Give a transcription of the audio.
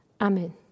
Amen